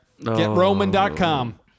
GetRoman.com